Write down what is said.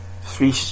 three